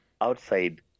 outside